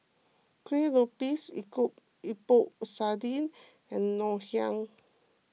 Kuih Lopes Epok Epok Sardin and Ngoh Hiang